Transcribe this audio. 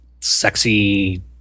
sexy